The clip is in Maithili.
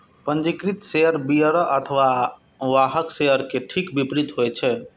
पंजीकृत शेयर बीयरर अथवा वाहक शेयर के ठीक विपरीत होइ छै